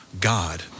God